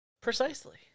Precisely